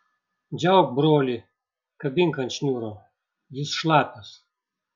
džiauk brolį kabink ant šniūro jis šlapias